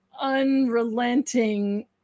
unrelenting